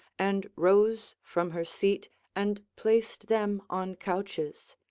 and rose from her seat and placed them on couches.